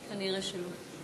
כנראה שלא.